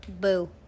Boo